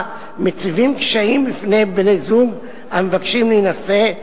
מציבים קשיים בפני בני-זוג המבקשים להינשא,